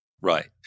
Right